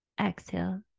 Exhale